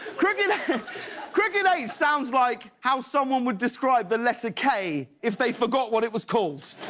crooked crooked h sounds like how someone would describe the letter k if they forgot what it was called.